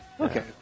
Okay